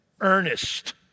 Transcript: Earnest